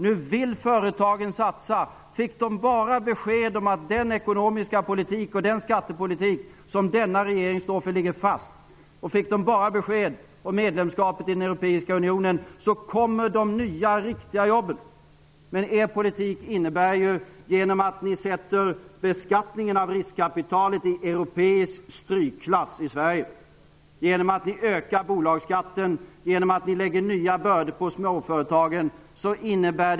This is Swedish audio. Nu vill företagen satsa. De nya riktiga jobben kommer om företagen bara får besked om att den ekonomiska politik och den skattepolitik som denna regering står för skall ligga fast och om de får besked om medlemskapet i den europeiska unionen. Er politik innebär att ni sätter beskattningen av riskkapitalet i europeisk strykklass, att ni ökar bolagsskatten och att ni lägger nya bördor på småföretagen.